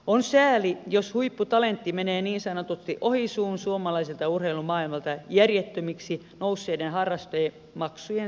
on sääli jos huipputalentti menee niin sanotusti ohi suun suomalaiselta urheilumaailmalta järjettömiksi nousseiden harrastemaksujen seurauksena